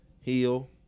heal